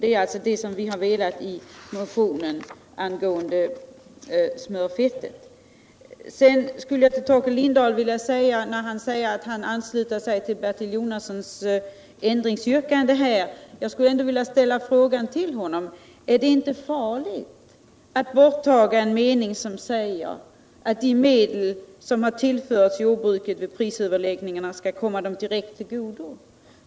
Det är detta vi har velat uppnå med motionen om smörfettet. Torkel Lindahl anslöt sig till Bertil Jonassons ändringsyrkande. Är det inte farligt att ta bort en mening som säger att de medel som har tillförts jordbrukarna vid prisöverläggningarna skall komma dem direkt till godo?